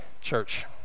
Church